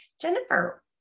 Jennifer